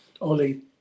Oli